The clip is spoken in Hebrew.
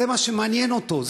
זה מה שמעניין אותו,